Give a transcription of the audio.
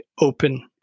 open